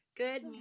Good